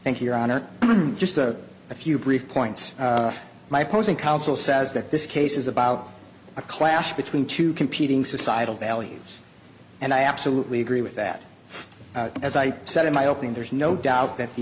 thank your honor just a few brief points my posing counsel says that this case is about a clash between two competing societal values and i absolutely agree with that as i said in my opening there's no doubt that the